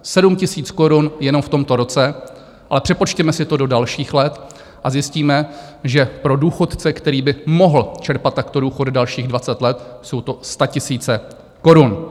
7 000 korun jenom v tomto roce, ale přepočtěme si to do dalších let a zjistíme, že pro důchodce, který by mohl čerpat takto důchody dalších dvacet let, jsou to statisíce korun.